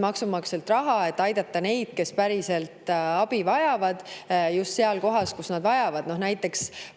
maksumaksjalt raha, et aidata neid, kes päriselt abi vajavad, just seal, kus nad seda vajavad. Näiteks